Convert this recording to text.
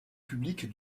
publics